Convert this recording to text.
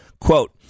Quote